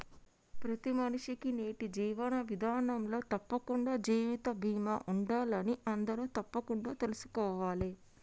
ప్రతి మనిషికీ నేటి జీవన విధానంలో తప్పకుండా జీవిత బీమా ఉండాలని అందరూ తప్పకుండా తెల్సుకోవాలే